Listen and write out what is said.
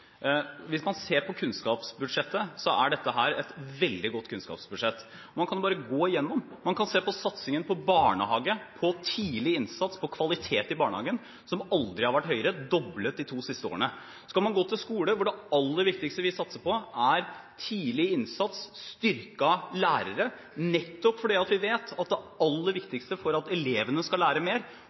Hvis man ser på kunnskapsbudsjettet, så er dette et veldig godt kunnskapsbudsjett. Man kan bare gå gjennom det, man kan se på satsingen på barnehage, på tidlig innsats, på kvalitet i barnehagen – som aldri har vært høyere, doblet de to siste årene. Så kan man gå til skolebudsjettet, hvor det aller viktigste vi satser på, er tidlig innsats, styrkede lærere, nettopp fordi vi vet at det aller viktigste for at elevene skal lære mer